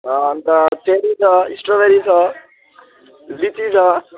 अन्त चेरी छ स्ट्रबेरी छ लिची छ